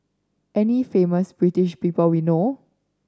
any famous British people we know